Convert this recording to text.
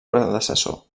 predecessor